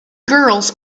girls